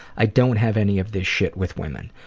i don't have any of this shit with women.